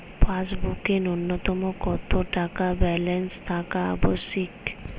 পাসবুকে ন্যুনতম কত টাকা ব্যালেন্স থাকা আবশ্যিক?